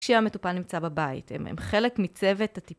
כשהמטופל נמצא בבית, הם חלק מצוות הטי...